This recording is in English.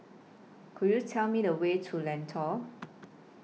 Could YOU Tell Me The Way to Lentor